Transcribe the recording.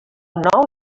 nou